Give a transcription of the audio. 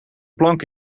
plank